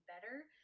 better